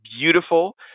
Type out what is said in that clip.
beautiful